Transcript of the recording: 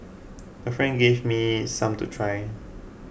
a friend gave me some to try